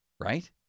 right